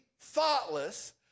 thoughtless